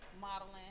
modeling